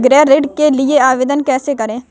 गृह ऋण के लिए आवेदन कैसे करें?